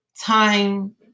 time